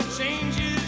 changes